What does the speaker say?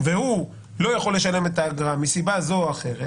והוא לא יכול לשלם את האגרה מסיבה זו או אחרת